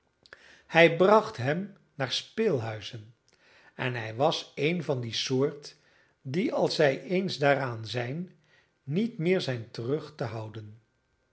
hij bracht hem naar speelhuizen en hij was een van die soort die als zij eens daaraan zijn niet meer zijn terug te houden